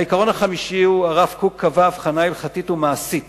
העיקרון החמישי הוא: הרב קוק קבע הבחנה הלכתית ומעשית